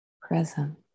present